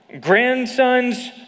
grandson's